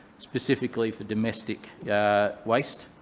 specifically for domestic yeah waste.